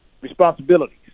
responsibilities